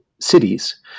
cities